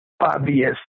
obvious